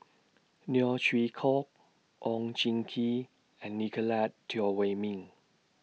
Neo Chwee Kok Oon Jin Gee and Nicolette Teo Wei Min